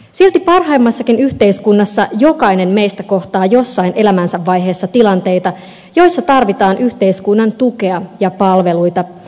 silti parhaimmassakin yhteiskunnassa jokainen meistä kohtaa jossain elämänsä vaiheessa tilanteita joissa tarvitaan yhteiskunnan tukea ja palveluita